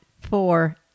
four